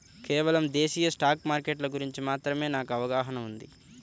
కేవలం దేశీయ స్టాక్ మార్కెట్ల గురించి మాత్రమే నాకు అవగాహనా ఉంది